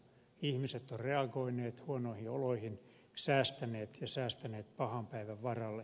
ihmiset ovat reagoineet huonoihin oloihin ja säästäneet pahan päivän varalle